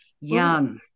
Young